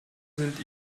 sind